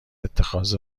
اتخاذ